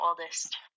oldest